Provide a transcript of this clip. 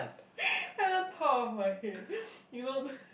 at the top of my head you know the